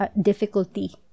difficulty